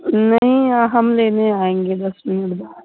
नहीं हम लेने आएँगे दस मिनट बाद